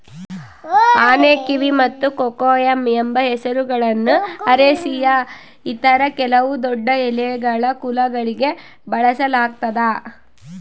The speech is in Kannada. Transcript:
ಆನೆಕಿವಿ ಮತ್ತು ಕೊಕೊಯಮ್ ಎಂಬ ಹೆಸರುಗಳನ್ನು ಅರೇಸಿಯ ಇತರ ಕೆಲವು ದೊಡ್ಡಎಲೆಗಳ ಕುಲಗಳಿಗೆ ಬಳಸಲಾಗ್ತದ